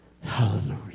Hallelujah